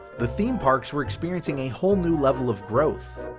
the theme parks were experiencing a whole new level of growth.